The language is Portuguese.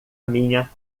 minha